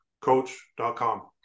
coach.com